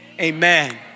amen